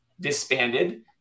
disbanded